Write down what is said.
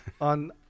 on